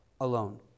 alone